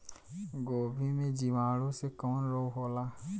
गोभी में जीवाणु से कवन रोग होला?